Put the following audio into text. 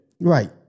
Right